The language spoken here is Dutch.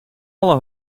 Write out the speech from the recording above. alle